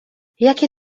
jakie